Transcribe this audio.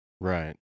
Right